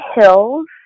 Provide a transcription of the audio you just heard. Hills